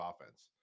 offense